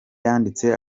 yanditse